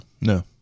No